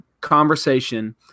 conversation